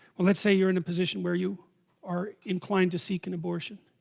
well let's say, you're in a position where you are inclined to seek an abortion